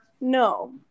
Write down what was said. No